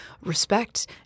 respect